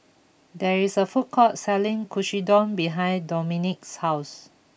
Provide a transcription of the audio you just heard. there is a food court selling Katsudon behind Dominik's house